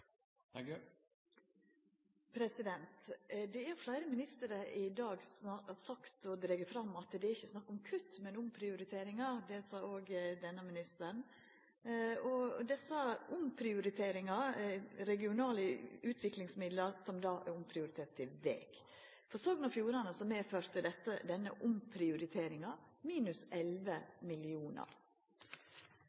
Fleire ministrar har i dag drege fram at det ikkje er snakk om kutt, men omprioriteringar – det sa òg denne ministeren – og desse omprioriteringane er regionale utviklingsmidlar som da er omprioriterte til veg. For Sogn og Fjordane medførte denne «omprioriteringa» minus